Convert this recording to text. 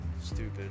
stupid